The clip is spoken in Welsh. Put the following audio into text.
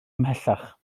ymhellach